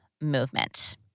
movement